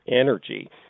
energy